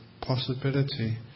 possibility